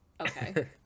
okay